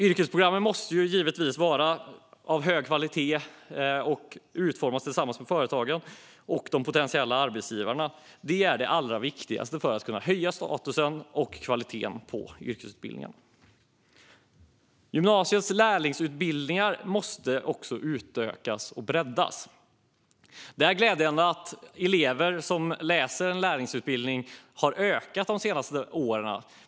Yrkesprogrammen måste givetvis vara av hög kvalitet och utformas tillsammans med företagen och de potentiella arbetsgivarna. Detta är det allra viktigaste för att kunna höja statusen och kvaliteten på yrkesutbildningen. Gymnasiets lärlingsutbildningar måste också utökas och breddas. Det är glädjande att antalet elever som läser en lärlingsutbildning har ökat de senaste åren.